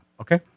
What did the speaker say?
Okay